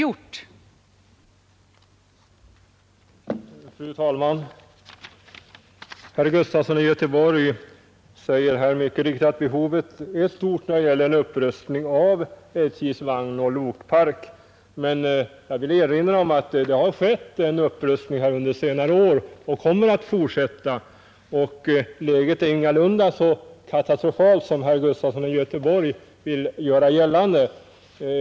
Fru talman! Herr Gustafson i Göteborg säger mycket riktigt att behovet av en upprustning av SJ:s vagnoch lokpark är mycket stort. Men jag vill erinra om att det har skett en upprustning under senare år. Den kommer att fortsätta, och läget är ingalunda så katastrofalt som herr Gustafson vill göra gällande.